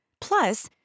Plus